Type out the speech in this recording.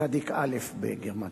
צ"א בגימטריה.